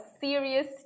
serious